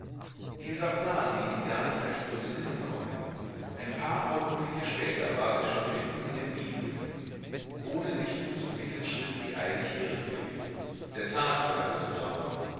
dieser plan ließ sie gar nicht recht zur besinnung kommen ein paar augenblicke später war sie schon mitten in den wiesen ohne sich umzublicken schritt sie eilig ihres wegs der tag begann zu grauen